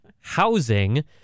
housing